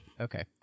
Okay